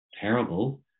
terrible